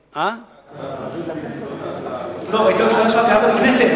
בדיוק, והיתה גם לחבר הכנסת